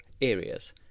areas